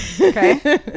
Okay